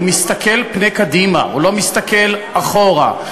הוא מסתכל קדימה, הוא לא מסתכל אחורה.